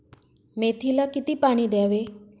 मेथीला किती पाणी द्यावे?